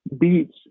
beats